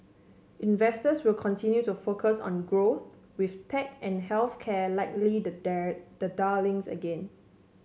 investors will continue to focus on growth with tech and health care likely the dare the darlings again